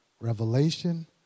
revelation